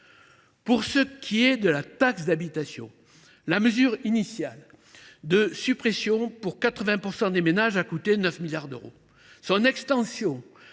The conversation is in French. Pour ce qui est de la taxe d’habitation, la mesure initiale de suppression de l’impôt pour 80 % des ménages a coûté 9 milliards d’euros. Son extension